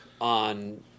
on